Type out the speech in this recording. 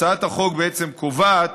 הצעת החוק בעצם קובעת